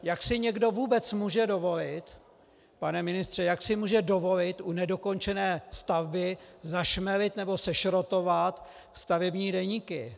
Jak si někdo vůbec může dovolit, pane ministře, jak si může dovolit u nedokončené stavby zašmelit nebo sešrotovat stavební deníky?